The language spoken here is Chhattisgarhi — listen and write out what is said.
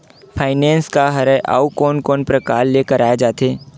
फाइनेंस का हरय आऊ कोन कोन प्रकार ले कराये जाथे?